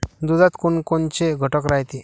दुधात कोनकोनचे घटक रायते?